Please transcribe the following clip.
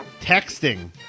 texting